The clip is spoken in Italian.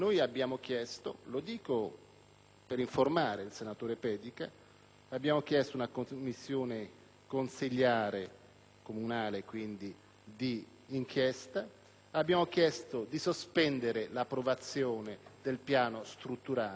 per informare il senatore Pedica - una commissione comunale di inchiesta e abbiamo chiesto di sospendere l'approvazione del piano strutturale, che doveva essere approvato a giorni.